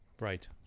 Right